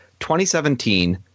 2017